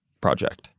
project